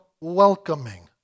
welcoming